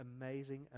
amazing